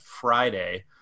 Friday